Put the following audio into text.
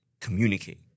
communicate